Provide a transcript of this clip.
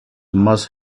must